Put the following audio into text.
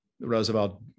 Roosevelt